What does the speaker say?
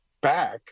back